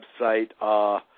website